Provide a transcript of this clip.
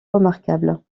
remarquable